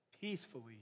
peacefully